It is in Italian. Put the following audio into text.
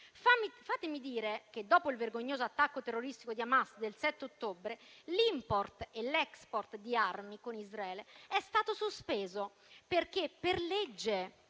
Fatemi dire che, dopo il vergognoso attacco terroristico di Hamas del 7 ottobre, l'*import* e l'*export* di armi con Israele è stato sospeso per legge